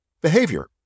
behavior